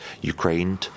Ukraine